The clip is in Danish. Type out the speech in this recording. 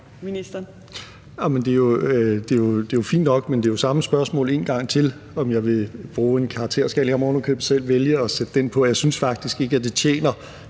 Det er fint nok, men det er jo samme spørgsmål en gang til, altså om jeg vil bruge en karakterskala. Og jeg må ovenikøbet selv vælge at sætte karakterskalaen på. Jeg synes faktisk ikke, at det tjener